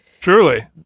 Truly